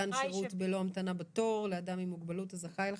מתן שירות בלא המתנה בתור לאדם עם מוגבלות הזכאי לכך.